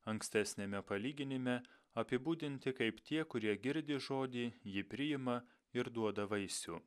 ankstesniame palyginime apibūdinti kaip tie kurie girdi žodį jį priima ir duoda vaisių